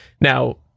now